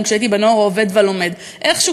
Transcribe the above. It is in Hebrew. כשהייתי ב"הנוער העובד והלומד": איכשהו,